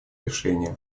решения